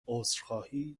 عذرخواهی